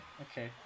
okay